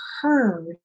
heard